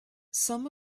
some